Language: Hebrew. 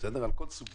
בנושא